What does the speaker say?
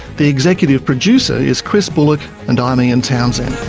the executive producer is chris bullock, and i'm ian townsend